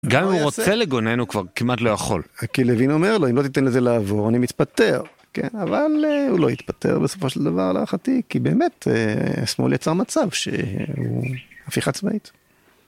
גם אם הוא רוצה לגונן, הוא כבר כמעט לא יכול. כי לוין אומר לו, אם לא תיתן לזה לעבור, אני מתפטר. כן, אבל הוא לא התפטר בסופו של דבר להערכתי , כי באמת, השמאל יצר מצב שהוא הפיכה צבאית.